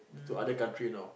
to other country know